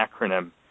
acronym